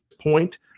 point